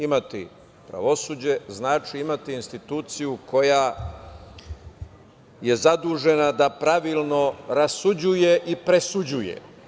Imati pravosuđe znači imati instituciju koja je zadužena da pravilno rasuđuje i presuđuje.